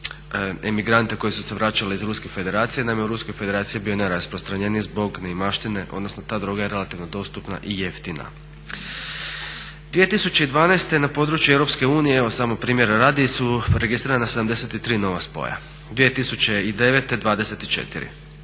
emigrante koji su se vraćali iz Ruske Federacije. Naime, u Ruskoj Federaciji je bio najrasprostranjeniji zbog neimaštine, odnosno ta droga je relativno dostupna i jeftina. 2012. na području EU, evo samo primjera radi su registrirana 73 nova spoja, a 2009. 24.